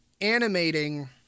animating